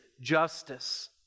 justice